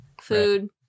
Food